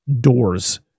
doors